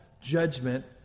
judgment